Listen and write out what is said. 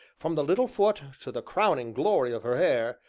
from the little foot to the crowning glory of her hair,